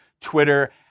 Twitter